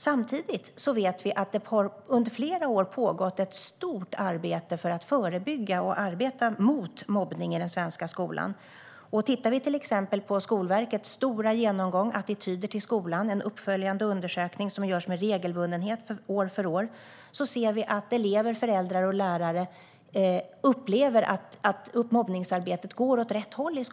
Samtidigt vet vi att det under flera år har pågått ett stort arbete för att förebygga mobbning i den svenska skolan. Om vi tittar på Skolverkets stora genomgång av attityder till skolan, en uppföljande undersökning som görs regelbundet år för år, ser vi att elever, föräldrar och lärare upplever att mobbningsarbetet går åt rätt håll.